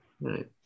right